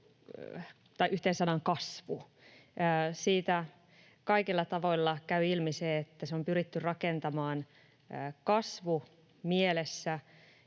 yhteen sanaan, ”kasvu”. Siitä kaikilla tavoilla käy ilmi se, että se on pyritty rakentamaan kasvu mielessä.